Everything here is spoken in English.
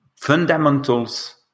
fundamentals